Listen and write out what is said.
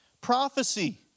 Prophecy